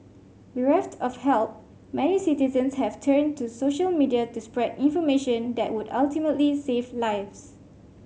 bereft of help many citizens have turned to social media to spread information that would ultimately save lives